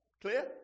Clear